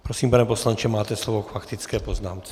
Prosím, pane poslanče, máte slovo k faktické poznámce.